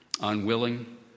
unwilling